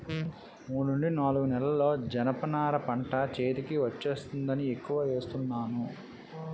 మూడు నుండి నాలుగు నెలల్లో జనప నార పంట చేతికి వచ్చేస్తుందని ఎక్కువ ఏస్తున్నాను